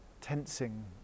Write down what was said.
tensing